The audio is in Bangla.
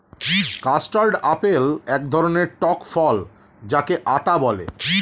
কাস্টার্ড আপেল এক ধরণের টক ফল যাকে আতা বলে